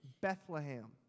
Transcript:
Bethlehem